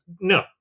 no